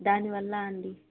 దానివల్ల అండి